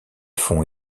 fond